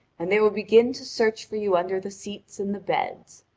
and they will begin to search for you under the seats and the beds.